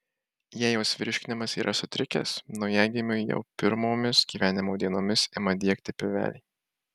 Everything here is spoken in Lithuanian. jei jos virškinimas yra sutrikęs naujagimiui jau pirmomis gyvenimo dienomis ima diegti pilvelį